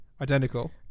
identical